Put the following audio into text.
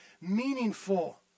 meaningful